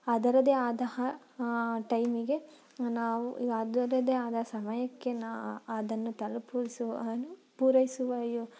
ಅದರದೇ ಆದ ಟೈಮಿಗೆ ನಾವು ಅದರದೇ ಆದ ಸಮಯಕ್ಕೆ ನಾ ಅದನ್ನು ತಲುಪಿಸುವಹನು ಪೂರೈಸುವೆಯೊ